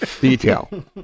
detail